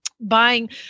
buying